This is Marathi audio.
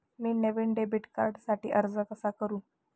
मी नवीन डेबिट कार्डसाठी अर्ज कसा करू?